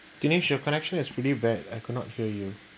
Dinesh connection is pretty bad I could not hear you